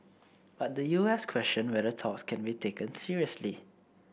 but the U S questioned whether talks could be taken seriously